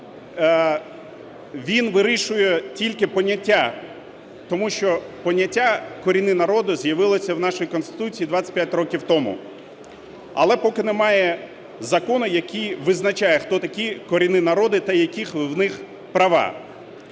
він вирішує тільки поняття, тому що поняття "корінні народи" з'явилося у нашій Конституції 25 років тому, але поки немає закону, який визначає, хто такі корінні народи та які у них права.